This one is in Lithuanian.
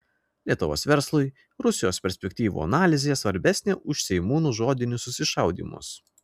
lietuvos verslui rusijos perspektyvų analizė svarbesnė už seimūnų žodinius susišaudymus